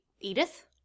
Edith